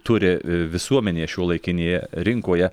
turi visuomenė šiuolaikinėje rinkoje